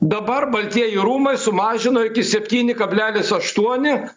dabar baltieji rūmai sumažino iki septyni kablelis aštuoni